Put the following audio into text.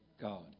God